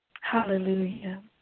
Hallelujah